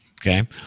Okay